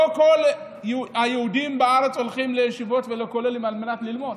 לא כל היהודים בארץ הולכים לישיבות ולכוללים על מנת ללמוד,